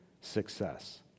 success